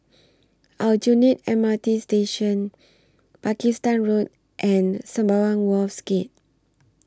Aljunied M R T Station Pakistan Road and Sembawang Wharves Gate